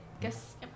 guess